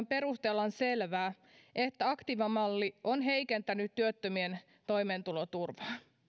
perusteella on selvää että aktiivimalli on heikentänyt työttömien toimeentuloturvaa